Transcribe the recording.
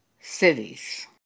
cities